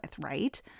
right